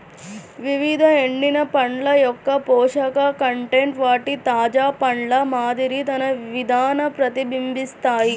వివిధ ఎండిన పండ్ల యొక్కపోషక కంటెంట్ వాటి తాజా పండ్ల మాదిరి తన విధాన ప్రతిబింబిస్తాయి